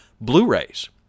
Blu-rays